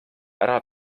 ära